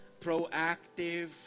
proactive